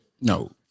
No